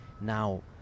now